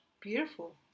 Beautiful